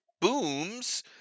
booms